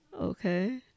okay